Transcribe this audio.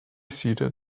seated